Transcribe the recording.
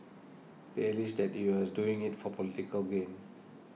they alleged that he was doing it for political gain